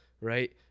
right